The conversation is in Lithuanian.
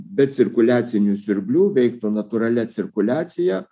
bet cirkuliacinių siurblių veiktų natūralia cirkuliacija